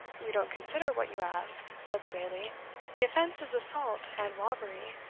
you don't consider what you ask, said the bailie the offence is assault and robbery.